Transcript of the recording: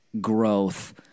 growth